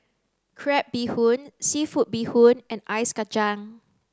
crab bee hoon seafood bee hoon and ice kacang